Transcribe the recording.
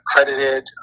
accredited